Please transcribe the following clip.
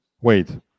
Wait